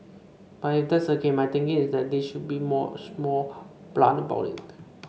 but if that's the case my thinking is that they should be more much more blunt about it